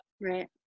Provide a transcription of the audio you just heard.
Right